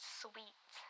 sweet